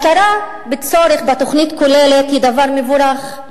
הכרה בצורך בתוכנית כוללת היא דבר מבורך,